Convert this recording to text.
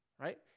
Right